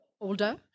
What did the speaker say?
Older